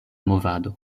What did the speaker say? movado